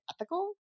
ethical